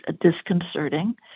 disconcerting